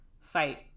fight